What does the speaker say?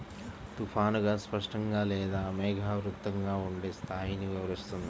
తుఫానుగా, స్పష్టంగా లేదా మేఘావృతంగా ఉండే స్థాయిని వివరిస్తుంది